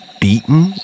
beaten